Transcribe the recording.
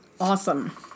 Awesome